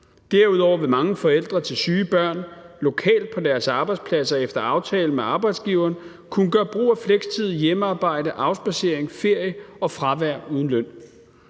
Derudover vil mange forældre til syge børn lokalt på deres arbejdspladser efter aftale med arbejdsgiveren kunne gøre brug af flekstid, hjemmearbejde, afspadsering, ferie og fravær uden løn.